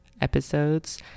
episodes